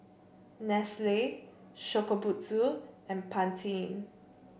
Nestle Shokubutsu and Pantene